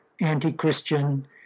anti-Christian